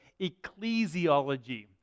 ecclesiology